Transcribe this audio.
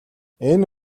энэ